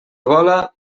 vola